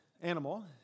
animal